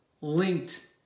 linked